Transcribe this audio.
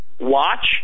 Watch